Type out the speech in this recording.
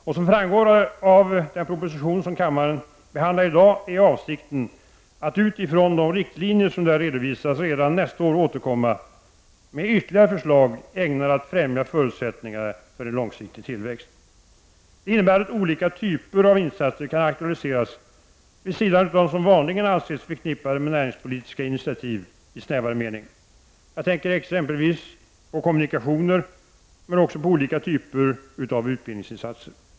Och som framgår av den proposition som kammaren behandlar i dag är avsikten att utifrån de riktlinjer som där redovisas redan nästa år återkomma med ytterligare förslag ägnade att främja förutsättningarna för en långsiktig tillväxt. Det innebär att olika typer av insatser kan aktualiseras vid sidan av dem som vanligen ansetts förknippade med näringspolitiska initiativ i en snävare mening. Jag tänker då exempelvis på kommunikationer men också på olika typer av utbildningsinsatser.